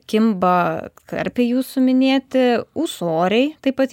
kimba karpiai jūsų minėti ūsoriai taip pat